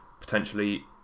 potentially